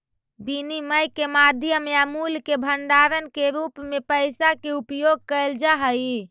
विनिमय के माध्यम या मूल्य के भंडारण के रूप में पैसा के उपयोग कैल जा हई